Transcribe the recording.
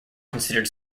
considered